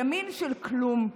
ימין של כלום,